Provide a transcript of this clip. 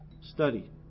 study